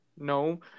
No